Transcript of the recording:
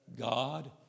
God